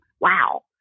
Wow